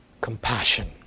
Compassion